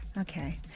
Okay